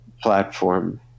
platform